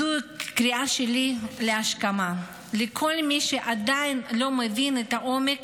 זו קריאה שלי להשכמה לכל מי שעדיין לא מבין את עומק